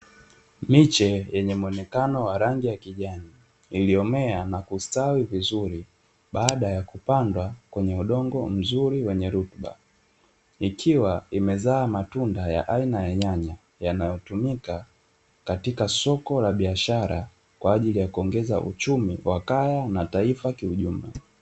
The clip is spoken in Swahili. Miche yenye muonekano wa kijani iliyomea na kustawi vizuri baada ya kupandwa kwenye udongo mzuri wenye rutuba, ikiwa imezaa matunda ya aina ya nyanya yanayotumika katika soko la biashara kwaajili ya kuongeza uchumi wa kaya na taifa kiujumla.